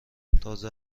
تازه